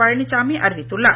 பழனிசாமி அறிவித்துள்ளார்